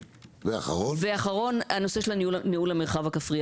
הנושא האחרון קשור לניהול המרחב הכפרי.